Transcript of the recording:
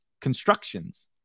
constructions